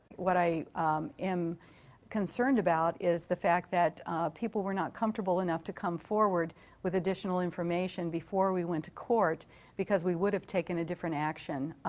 but am concerned about is the fact that people were not comfortable enough to come forward with additional information before we went to court because we would have taken different action,